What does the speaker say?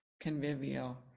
convivial